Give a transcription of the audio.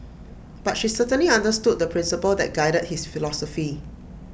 but she certainly understood the principle that guided his philosophy